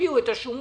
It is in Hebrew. תקפיאו את השומות.